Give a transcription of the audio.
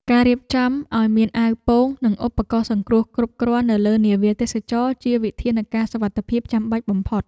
ការរៀបចំឱ្យមានអាវពោង និងឧបករណ៍សង្គ្រោះគ្រប់គ្រាន់នៅលើនាវាទេសចរណ៍ជាវិធានការសុវត្ថិភាពចាំបាច់បំផុត។